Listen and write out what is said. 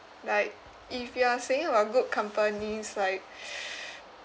like if you are saying about good companies like